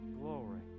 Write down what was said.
glory